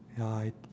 ya I